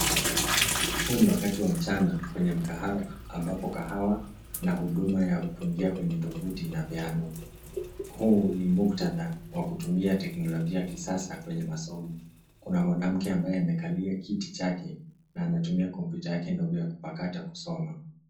Huu ni wakati wa mchana kwenye mkahawa ambapo kahawa na huduma ya kuingia kwenye tovuti inapeanwa. Huu ni muktadha wa kutumia teknolojia ya kisasa kwenye masomo. Kuna mwanamke ambaye amekalia kiti chake na anatumia kompyuta yake ya kupakata kusoma.